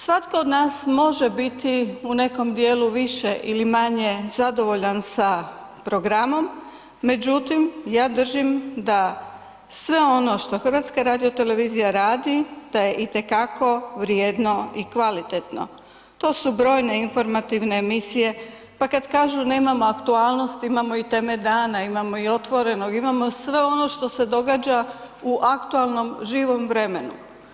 Svatko od nas može biti u nekom dijelu više ili manje zadovoljan sa programom, međutim ja držim da sve ono što HRT radi da je itekako vrijedno i kvalitetno, to su brojne informativne emisije, pa kad kažu nemamo aktualnosti, imamo i „Teme dana“, imamo i „Otvoreno“, imamo sve ono što se događa u aktualnom živom vremenu.